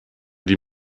die